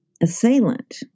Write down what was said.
assailant